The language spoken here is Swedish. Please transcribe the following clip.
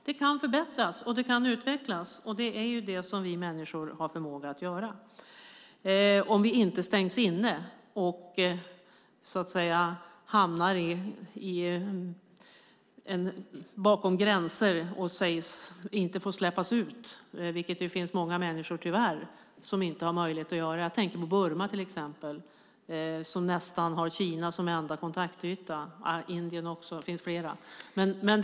Det kan förbättras, och det kan utvecklas. Det är det som vi människor har förmåga att göra om vi inte stängs inne, hamnar bakom gränser och inte får släppas ut. Det finns tyvärr många människor som har det så. Jag tänker på Burma, till exempel, som har Kina som i stort sett den enda kontaktytan förutom Indien. Det finns fler exempel.